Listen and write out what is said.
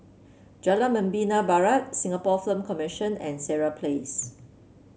Jalan Membina Barat Singapore Film Commission and Sireh Place